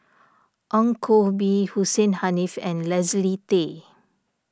Ong Koh Bee Hussein Haniff and Leslie Tay